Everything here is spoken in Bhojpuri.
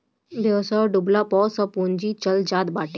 व्यवसाय डूबला पअ सब पूंजी चल जात बाटे